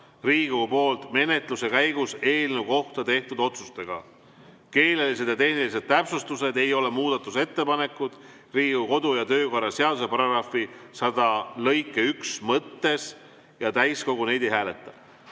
Riigikogu poolt menetluse käigus eelnõu kohta tehtud otsustega. Keelelised ja tehnilised täpsustused ei ole muudatusettepanekud Riigikogu kodu- ja töökorra seaduse § 100 lõike 1 mõttes ja täiskogu neid ei hääleta. Ma